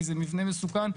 כי זה מבנה מסוכן,